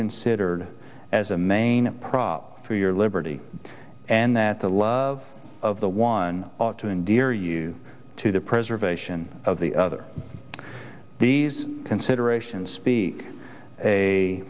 considered as a main prop for your liberty and that the love of the one ought to endear you to the preservation of the other these considerations speak a